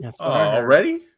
Already